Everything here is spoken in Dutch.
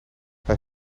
hij